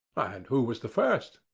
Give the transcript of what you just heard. and who was the first?